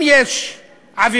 אם יש עבירות,